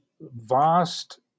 vast